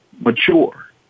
mature